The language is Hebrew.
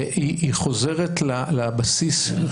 והיא חוזרת לבסיס.